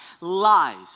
lies